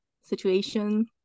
situation